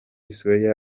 square